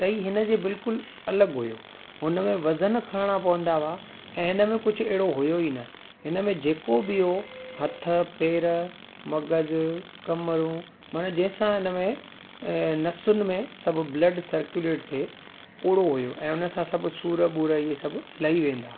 त ई हिन जे बिल्कुलु अलॻि हुयो हुन में वज़न खणणा पवंदा हुआ ऐं हिन में कुझु अहिड़ो हुयो ई न हिन में जेको बि उहो हथ पैर मगज़ कमरूं मन जंहिं सां हिन में नसुनि में सभु ब्लड सर्कुलेट थिए ओड़ो हुयो ऐं उन सां सभु सूरु वूरु इहे सभु लही वेंदा हुआ